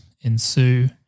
ensue